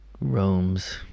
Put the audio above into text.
roams